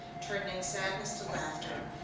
turning sadness to laughter,